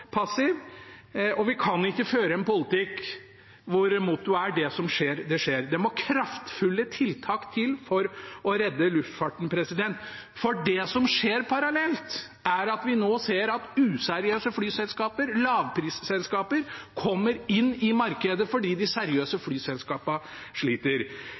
passiv, og vi kan ikke føre en politikk hvor mottoet er: Det som skjer, det skjer. Det må kraftfulle tiltak til for å redde luftfarten, for det som skjer parallelt, er at vi nå ser at useriøse flyselskaper, lavprisselskaper, kommer inn i markedet fordi de seriøse flyselskapene sliter.